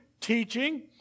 teaching